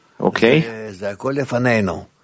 Okay